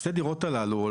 שתי הדירות הללו,